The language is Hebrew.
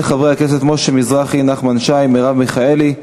חברי הכנסת משה מזרחי, נחמן שי, מרב מיכאלי,